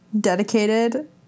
dedicated